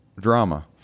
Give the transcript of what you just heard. drama